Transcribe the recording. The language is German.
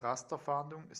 rasterfahndung